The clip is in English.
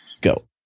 Go